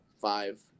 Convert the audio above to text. five